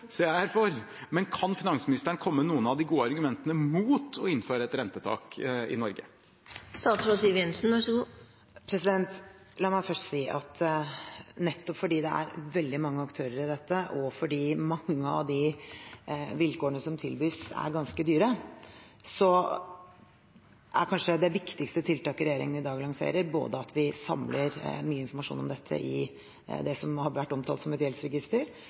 så jeg er for. Men kan finansministeren komme med noen av de gode argumentene mot å innføre et rentetak i Norge? La meg først si at nettopp fordi det er veldig mange aktører i dette, og fordi mange av de vilkårene som tilbys, gjør det ganske dyrt, er kanskje de viktigste tiltakene regjeringen i dag lanserer, både at vi samler mye informasjon om dette i det som har vært omtalt som et gjeldsregister,